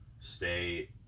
stay